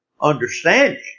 understanding